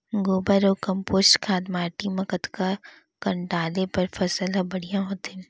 गोबर अऊ कम्पोस्ट खाद माटी म कतका कन डाले बर फसल ह बढ़िया होथे?